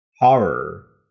horror